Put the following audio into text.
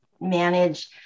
manage